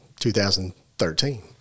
2013